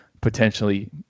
potentially